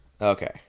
Okay